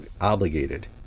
obligated